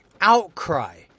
outcry